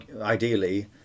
ideally